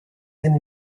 and